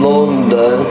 London